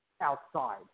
outside